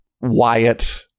Wyatt